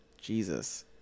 Jesus